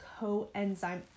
coenzyme